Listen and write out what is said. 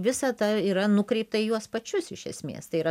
visa ta yra nukreipta į juos pačius iš esmės tai yra